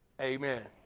amen